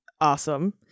awesome